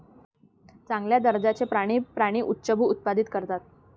चांगल्या दर्जाचे प्राणी प्राणी उच्चभ्रू उत्पादित करतात